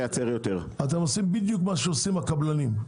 אתם עושים בדיוק מה שעושים הקבלנים,